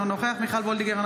אינו נוכח מיכל מרים וולדיגר,